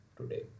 today